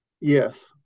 Yes